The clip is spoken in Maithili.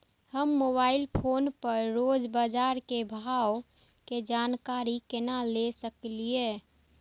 हम मोबाइल फोन पर रोज बाजार के भाव के जानकारी केना ले सकलिये?